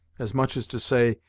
as much as to say,